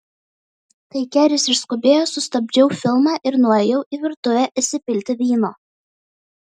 kai keris išskubėjo sustabdžiau filmą ir nuėjau į virtuvę įsipilti vyno